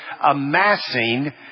amassing